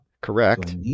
Correct